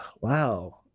wow